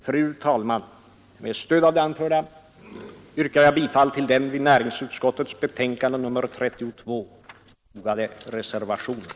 Fru talman, med stöd av det anförda yrkar jag bifall till den vid näringsutskottets betänkande nr 32 fogade reservationen.